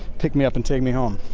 pick me up and take me home.